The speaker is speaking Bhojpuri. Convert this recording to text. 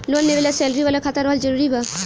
लोन लेवे ला सैलरी वाला खाता रहल जरूरी बा?